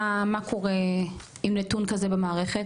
מה קורה עם נתון כזה במערכת?